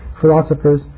philosophers